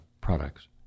products